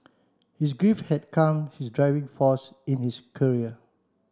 his grief had come his driving force in his career